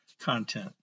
content